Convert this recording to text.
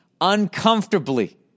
uncomfortably